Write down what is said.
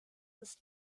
ist